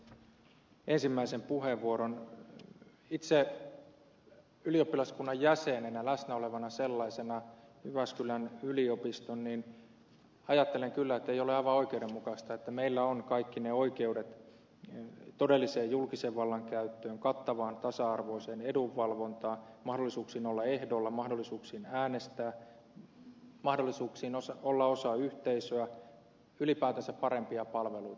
itse jyväskylän yliopiston ylioppilaskunnan jäsenenä läsnä olevana sellaisena ajattelen kyllä ettei ole aivan oikeudenmukaista että meillä on kaikki ne oikeudet todelliseen julkisen vallan käyttöön kattavaan tasa arvoiseen edunvalvontaan mahdollisuuksiin olla ehdolla mahdollisuuksiin äänestää mahdollisuuksiin olla osa yhteisöä olla ylipäätänsä osa parempia palveluita